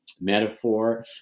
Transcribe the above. metaphor